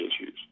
issues